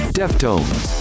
deftones